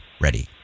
ready